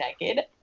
naked